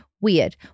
Weird